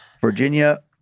Virginia